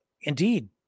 Indeed